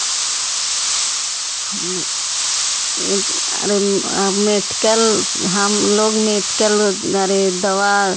हम मेडिकल हम लोग मेडिकल अरे दवा